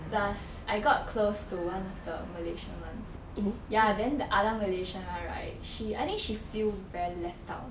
plus I got close to one of the malaysian [one] ya then the other malaysian [one] right she I think she feel very left out